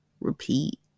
repeat